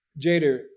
Jader